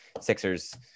Sixers